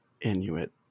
Inuit